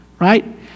right